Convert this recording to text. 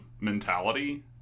mentality